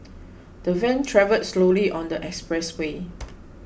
the van travelled slowly on the expressway